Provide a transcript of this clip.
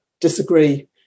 disagree